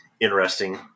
interesting